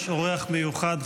יש אורח מיוחד,